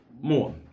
more